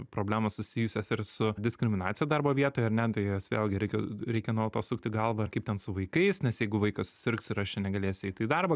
problemos susijusios ir su diskriminacija darbo vietoje ar ne tai jos vėlgi reikia reikia nuolatos sukti galvą kaip ten su vaikais nes jeigu vaikas susirgs ir aš čia negalėsiu eiti į darbą